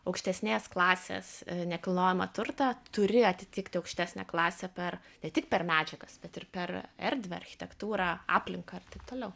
aukštesnės klasės nekilnojamą turtą turi atitikti aukštesnę klasę per ne tik per medžiagas bet ir per erdvę architektūrą aplinką ir taip toliau